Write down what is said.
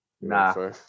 Nah